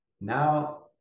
now